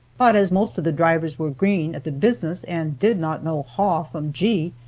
but as most of the drivers were green at the business and did not know haw from gee,